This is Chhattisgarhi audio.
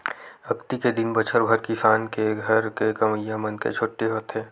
अक्ती के दिन बछर भर किसान के घर के कमइया मन के छुट्टी होथे